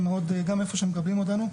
גם איפה שמקבלים אותנו,